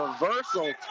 reversal